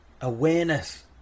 awareness